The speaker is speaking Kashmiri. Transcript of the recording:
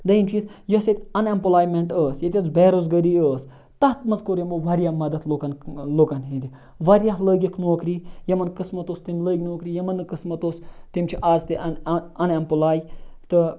دوٚیِم چیٖز یۄس ییٚتہِ اَن اٮ۪مپلایمٮ۪نٛٹ ٲس ییٚتہِ ٲس بےروزگٲری ٲس تَتھ منٛز کوٚر یِمو واریاہ مَدت لُکَن لُکَن ہِنٛدِ واریاہ لٲگِکھ نوکری یِمَن قٕسمَت اوس تِم لٔگۍ نوکری یِمَن نہٕ قٕسمَت اوس تِم چھِ اَز تہِ اَن اَن اٮ۪مپلاے تہٕ